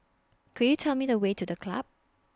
Could YOU Tell Me The Way to The Club